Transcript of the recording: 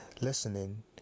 listening